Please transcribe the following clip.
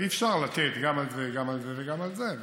אי-אפשר לתת גם על זה, גם על זה וגם על זה.